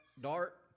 dart